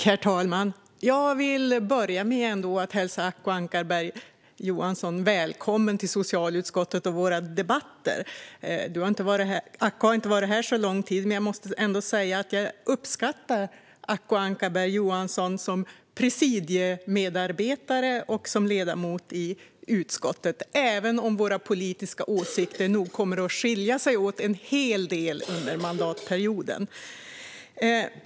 Herr talman! Jag vill börja med att hälsa Acko Ankarberg Johansson välkommen till socialutskottet och till våra debatter. Acko har inte varit här så länge, men jag måste säga att jag uppskattar Acko Ankarberg Johansson som presidiemedarbetare och som ledamot i utskottet - även om våra politiska åsikter nog kommer att skilja sig åt en hel del under mandatperioden.